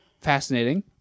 Fascinating